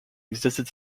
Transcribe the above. existed